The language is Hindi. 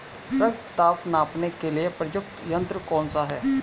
रक्त दाब मापने के लिए प्रयुक्त यंत्र कौन सा है?